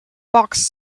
bucks